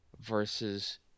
versus